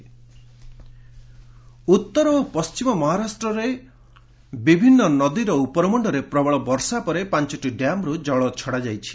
ମହା ୱାଟର ଉତ୍ତର ଓ ପଣ୍ଟିମ ମହାରାଷ୍ଟ୍ରରେ ବିଭିନ୍ନ ନଦୀର ଉପରମୁଣ୍ଡରେ ପ୍ରବଳ ବର୍ଷା ପରେ ପାଞ୍ଚଟି ଡ୍ୟାମ୍ରୁ ଜଳ ଛଡ଼ା ଯାଇଛି